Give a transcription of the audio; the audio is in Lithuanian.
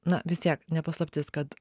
na vis tiek ne paslaptis kad